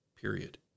period